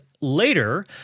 later